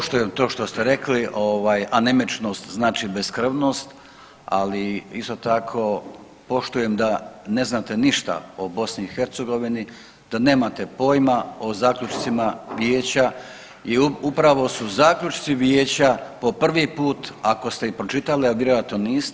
Poštujem to što ste rekli, ovaj, anemičnost znači beskrvnost, ali isto tako poštujem da ne znate ništa o BiH, da nemate pojima o zaključcima vijeća i upravo su zaključci vijeća po prvi puta ako ste ih pročitali, a vjerojatno niste.